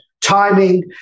timing